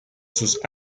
sus